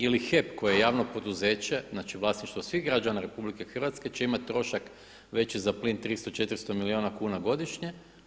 Ili HEP koji je javno poduzeće, znači vlasništvo svih građana RH će imati trošak veći za plin 300, 400 milijuna kuna godišnje.